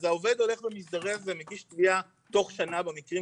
אז העובד הולך ומזדרז ומגיש תביעה תוך שנה במקרים